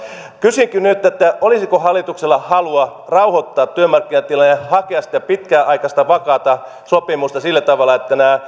kysynkin nyt olisiko hallituksella halua rauhoittaa työmarkkinatilanne ja hakea sitä pitkäaikaista vakaata sopimusta sillä tavalla että näiden